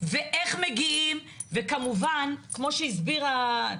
ואיך מגיעים וכמובן, כמו שהסבירה,